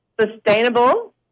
sustainable